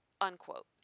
unquote